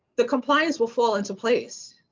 the compliance will fall into place.